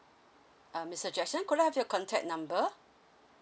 uh mister jackson could I have your contact number